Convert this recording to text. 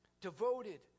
Devoted